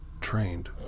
trained